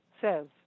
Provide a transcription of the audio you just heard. says